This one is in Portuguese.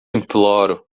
imploro